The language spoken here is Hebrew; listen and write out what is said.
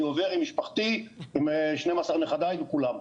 אני עובר עם משפחתי עם 12 נכדי וכולם,